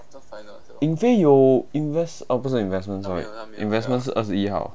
yin fei 有 invest oh 不是 investment sorry investment 是二十以号